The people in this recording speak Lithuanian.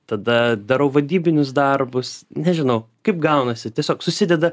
tada darau vadybinius darbus nežinau kaip gaunasi tiesiog susideda